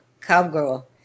cowgirl